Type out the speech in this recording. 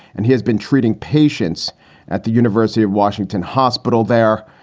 and he has been treating patients at the university of washington hospital there.